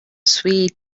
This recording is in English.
sweet